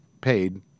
paid